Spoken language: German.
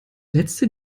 letzte